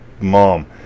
mom